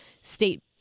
state